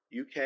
UK